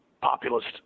populist